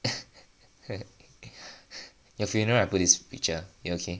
your funeral I put this picture you okay